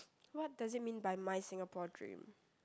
what does it mean by my Singapore dream